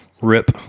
Rip